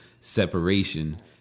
separation